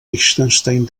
liechtenstein